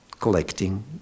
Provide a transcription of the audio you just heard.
collecting